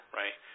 right